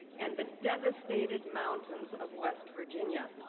and the devastated mountains of west virginia.